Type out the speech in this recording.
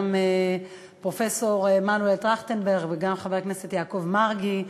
גם פרופסור מנואל טרכטנברג וגם יעקב מרגי.